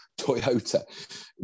Toyota